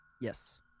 Yes